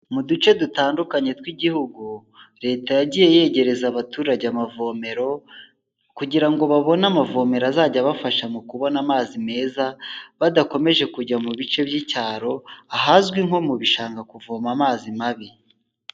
Mu duce dutandukanye tw'igihugu, leta yagiye yegereza abaturage amavomero kugira ngo babone amavomero azajya abafasha mu kubona amazi meza, badakomeje kujya mu bice by'icyaro ahazwi nko mu bishanga kuvoma amazi mabi.